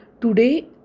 Today